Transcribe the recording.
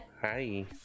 hi